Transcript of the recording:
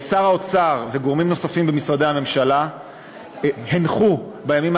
שר האוצר וגורמים נוספים במשרדי הממשלה הנחו בימים